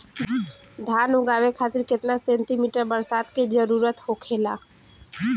धान उगावे खातिर केतना सेंटीमीटर बरसात के जरूरत होखेला?